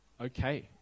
okay